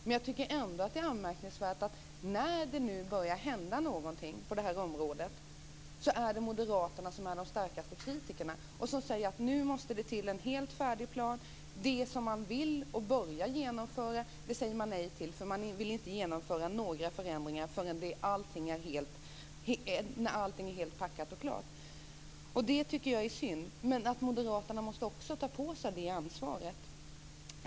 Men jag tycker ändå att det är anmärkningsvärt att moderaterna är de starkaste kritikerna när det nu börjar hända någonting på detta område. Moderaterna säger att det nu måste till en helt färdig plan. Det som man vill göra och börjar genomföra säger de nej till. De vill inte genomföra några förändringar förrän allting är helt packat och klart. Det tycker jag är synd. Moderaterna måste också ta på sig ansvaret.